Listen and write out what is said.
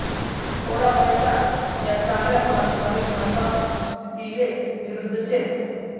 थोडा पैसा या चांगला पारंपरिक लंबा स्थितीले विरुध्द शेत